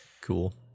Cool